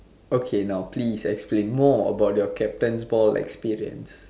okay now please explain more about your captain's ball experience